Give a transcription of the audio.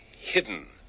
hidden